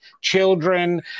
children